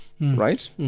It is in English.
Right